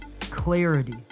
clarity